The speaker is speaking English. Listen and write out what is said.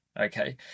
Okay